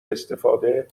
استفاده